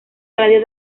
radio